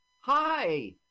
hi